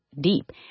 deep